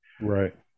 Right